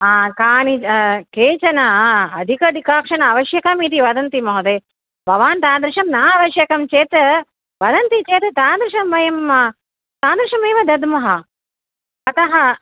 हा कानि केचन अधिकं डिकाक्षन् अवश्यकमिति वदन्ति महोदय भवान् तादृशं नावश्यकं चेत् वदन्ति चेत् तादृशं वयं तादृशमेव दद्मः अतः